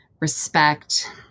respect